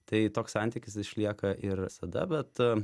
tai toks santykis išlieka ir visada bet